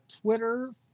Twitter